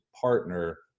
partner